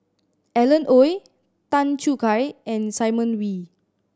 Alan Oei Tan Choo Kai and Simon Wee